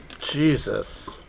Jesus